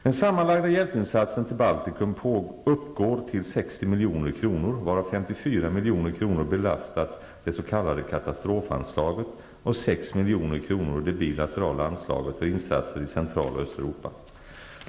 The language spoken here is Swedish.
Den sammanlagda hjälpinsatsen till Baltikum uppgår till 60 milj.kr. varav 54 milj.kr. belastat det s.k. katastrofanslaget och 6 milj.kr. det bilaterala anslaget för insatser i Central och Östeuropa.